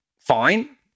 fine